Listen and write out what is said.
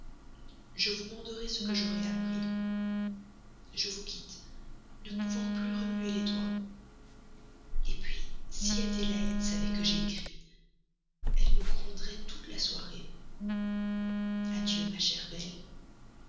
je vous manderai ce que j'aurai appris je vous quitte ne pouvant plus remuer les doigts puis si adélaïde savait que j'ai écrit elle me gronderai toute la soirée adieu ma chère belle